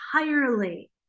entirely